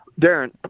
Darren